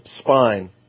spine